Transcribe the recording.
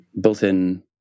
built-in